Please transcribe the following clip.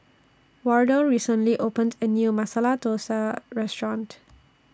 Wardell recently opened A New Masala Dosa Restaurant